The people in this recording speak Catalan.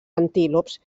antílops